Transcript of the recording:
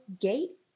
gate